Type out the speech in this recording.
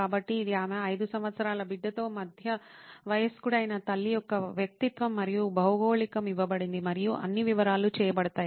కాబట్టి ఇది ఆమె 5 సంవత్సరాల బిడ్డతో మధ్య వయస్కుడైన తల్లి యొక్క వ్యక్తిత్వం మరియు భౌగోళికం ఇవ్వబడింది మరియు అన్ని వివరాలు చేయబడతాయి